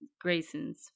Grayson's